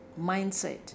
mindset